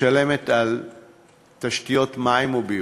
משלמת על תשתיות מים וביוב,